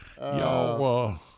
Y'all